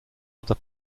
other